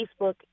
Facebook